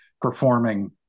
performing